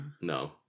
No